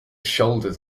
shoulders